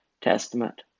Testament